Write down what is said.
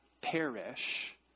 perish